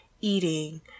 eating